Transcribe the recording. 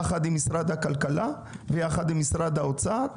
יחד עם משרד הכלכלה ועם משרד האוצר,